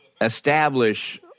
establish